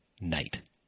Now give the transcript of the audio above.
night